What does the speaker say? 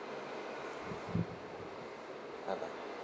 bye bye